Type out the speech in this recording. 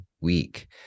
week